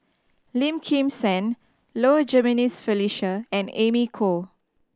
Lim Kim San Low Jimenez Felicia and Amy Khor